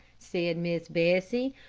said miss bessie.